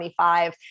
25